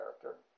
character